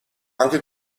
anche